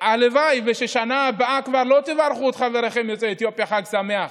הלוואי שבשנה הבאה כבר לא תברכו את חבריכם יוצאי אתיופיה בחג שמח,